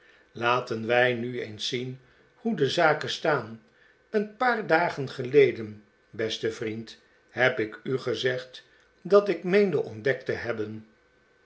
laten wij nu eens zien hoe de zaken staan een paar dagen geleden beste vriend heb ik u gezegd dat ik meende ontdekt te hebben